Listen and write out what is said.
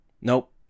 nope